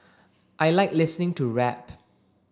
I like listening to rap